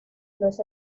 los